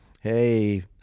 Hey